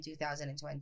2020